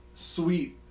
sweet